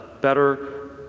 better